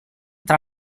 tra